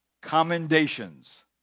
commendations